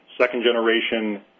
second-generation